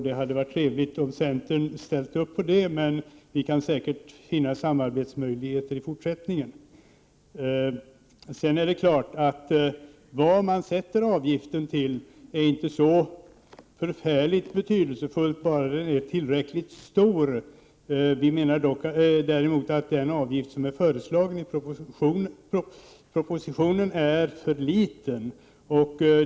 Det hade varit trevligt om centern ställt sig bakom det förslaget, men vi kan säkert finna samarbetsmöjligheter i fortsättningen. Det är klart att det inte är så förfärligt betydelsefullt vilket belopp man fastställer avgiften till, bara det är tillräckligt stort. Vi menar emellertid att den avgift som föreslås i propositionen är för liten.